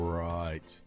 right